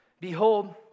Behold